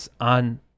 on